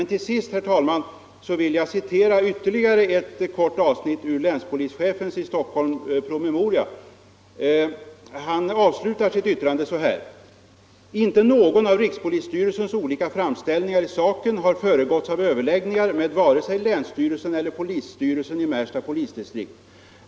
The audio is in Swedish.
Till sist, herr talman, vill jag citera ytterligare ett kort avsnitt ur länspolischefens i Stockholm promemoria. Han avslutar sitt yttrande så här: ”Inte någon av RPS olika framställningar i saken har föregåtts av överläggningar med vare sig länsstyrelsen eller polisstyrelsen i Märsta polisdistrikt.